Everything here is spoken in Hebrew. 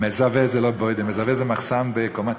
מזווה זה לא בוידם, מזווה זה מחסן בקומה.